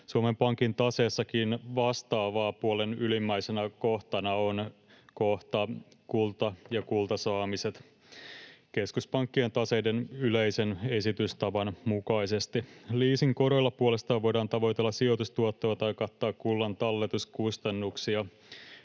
Suomen Pankin taseessakin Vastaavaa-puolen ylimmäisenä kohtana on kohta "Kulta ja kultasaamiset" keskuspankkien taseiden yleisen esitystavan mukaisesti. Leasingkoroilla puolestaan voidaan tavoitella sijoitustuottoa tai kattaa kullan talletuskustannuksia.